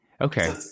Okay